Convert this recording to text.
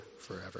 forever